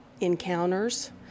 Encounters